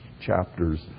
chapters